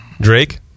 Drake